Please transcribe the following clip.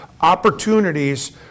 opportunities